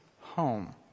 home